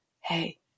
hey